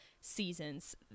seasons